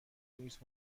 نیست